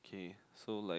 kay so like